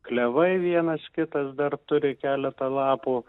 klevai vienas kitas dar turi keletą lapų